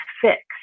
fixed